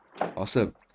Awesome